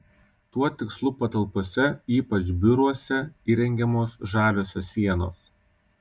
tuo tikslu patalpose ypač biuruose įrengiamos žaliosios sienos